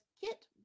kit